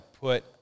put